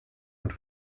und